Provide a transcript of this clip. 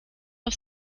auf